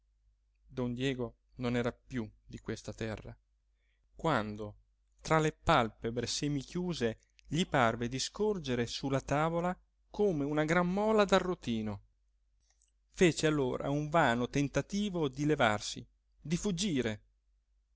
don diego non era piú di questa terra quando tra le pàlpebre semichiuse gli parve di scorgere su la tavola come una gran mola d'arrotino fece allora un vano tentativo di levarsi di fuggire